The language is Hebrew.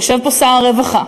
יושב פה שר הרווחה,